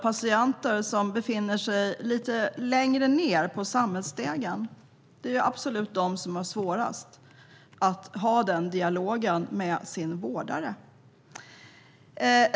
Patienter som befinner sig lite längre ned på samhällsstegen är de som har absolut svårast att ha en dialog med sin vårdare.